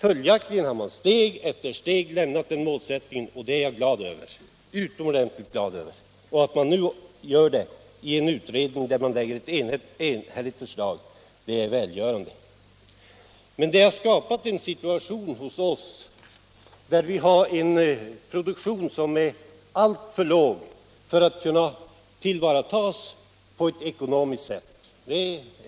Följaktligen har man steg för steg lämnat den målsättningen, och det är jag utomordentligt glad över, och att man nu gör det i en utredning som lägger ett enhälligt förslag är välgörande. Men det har skapat en sådan situation hos oss att vi har en produktion som är alltför låg för att kunna tillvaratas på ett ekonomiskt sätt. '